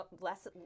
less